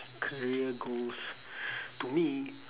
career goals to me